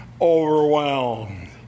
Overwhelmed